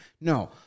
no